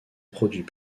produits